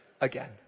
again